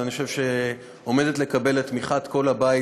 ואני חושב שהיא עומדת לקבל את תמיכת כל הבית,